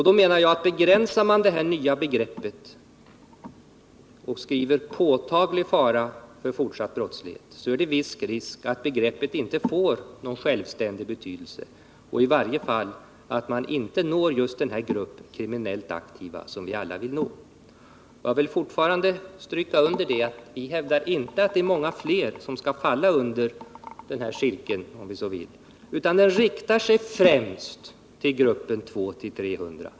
Då menar jag, att om man begränsar det här nya begreppet och skriver ”påtaglig fara för fortsatt brottslighet”, är det viss risk att begreppet inte får någon självständig betydelse och i varje fall att man inte når just den grupp kriminellt aktiva som vi alla vill nå. Vi vill fortfarande stryka under att vi inte hävdar att många fler bör falla underden här cykeln, utan förslaget gäller främst gruppen på 200-300.